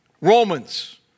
Romans